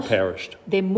perished